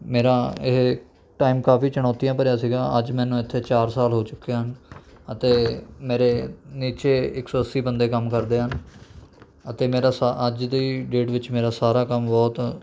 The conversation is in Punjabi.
ਮੇਰਾ ਇਹ ਟਾਇਮ ਕਾਫ਼ੀ ਚੁਣੌਤੀਆਂ ਭਰਿਆ ਸੀਗਾ ਅੱਜ ਮੈਨੂੰ ਇੱਥੇ ਚਾਰ ਸਾਲ ਹੋ ਚੁੱਕੇ ਹਨ ਅਤੇ ਮੇਰੇ ਨੀਚੇ ਇੱਕ ਸੌ ਅੱਸੀ ਬੰਦੇ ਕੰਮ ਕਰਦੇ ਹਨ ਅਤੇ ਮੇਰਾ ਸਾ ਅੱਜ ਦੀ ਡੇਟ ਵਿੱਚ ਮੇਰਾ ਸਾਰਾ ਕੰਮ ਬਹੁਤ